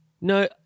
No